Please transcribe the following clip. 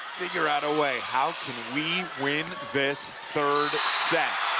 figure out a way how can we win this third set